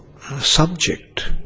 subject